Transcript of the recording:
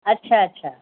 अच्छा अच्छा